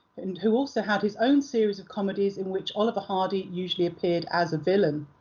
and who also had his own series of comedies in which oliver hardy usually appeared as a villain.